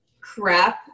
crap